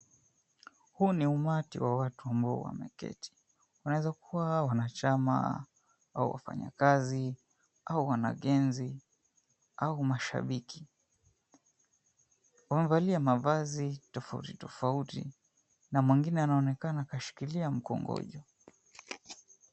Huu ni umati wa watu ambao wameketi. Wanaweza kuwa wanachama au wafanya kazi, au wanagenzi, au mashabiki. Wamevalia mavazi tofauti tofauti na mwingine anaonekana kashikilia mkongojo.